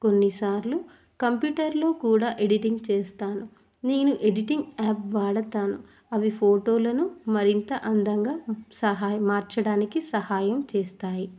కొన్నిసార్లు కంప్యూటర్లో కూడా ఎడిటింగ్ చేస్తాను నేను ఎడిటింగ్ యాప్ వాడుతాను అవి ఫోటోలను మరింత అందంగా సహాయ మార్చడానికి సహాయం చేస్తాయి